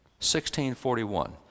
1641